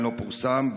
פורסם,